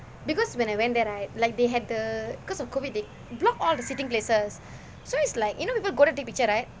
because when I went there right like they had the because of COVID they block all the seating places so it's like you know people go there take picture right